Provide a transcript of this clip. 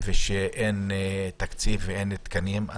אין תקציב, אין תקנים.